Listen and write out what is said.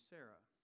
Sarah